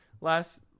last